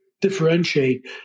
Differentiate